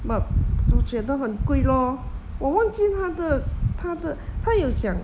but 我觉得很贵 lor 我忘记他的他的他有讲